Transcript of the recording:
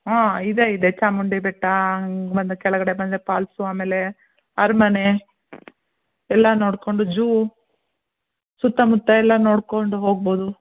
ಹಾಂ ಇದೆ ಇದೆ ಚಾಮುಂಡಿ ಬೆಟ್ಟ ಹಂಗೆ ಬಂದು ಕೆಳಗಡೆ ಬಂದರೆ ಪಾಲ್ಸು ಆಮೇಲೆ ಅರಮನೆ ಎಲ್ಲ ನೋಡಿಕೊಂಡು ಜೂ ಸುತ್ತಮುತ್ತ ಎಲ್ಲ ನೋಡಿಕೊಂಡು ಹೋಗ್ಬೋದು